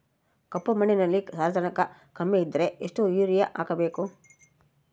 ಕಪ್ಪು ಮಣ್ಣಿನಲ್ಲಿ ಸಾರಜನಕ ಕಮ್ಮಿ ಇದ್ದರೆ ಎಷ್ಟು ಯೂರಿಯಾ ಹಾಕಬೇಕು?